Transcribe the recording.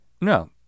No